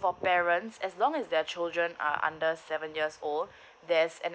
for parents as long as their children are under seven years old there's an